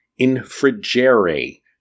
infrigere